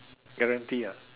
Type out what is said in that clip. guarantee ah